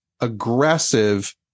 aggressive